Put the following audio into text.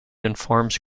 informs